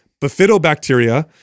bifidobacteria